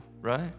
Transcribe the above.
right